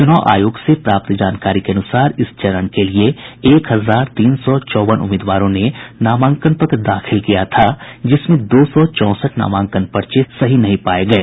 चुनाव आयोग से प्राप्त जानकारी के अनुसार इस चरण के लिए एक हजार तीन सौ चौवन उम्मीदवारों ने नामांकन पत्र दाखिल किया था जिसमें दो सौ चौंसठ नामांकन पर्चे सही नहीं पाये गये